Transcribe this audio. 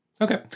Okay